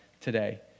today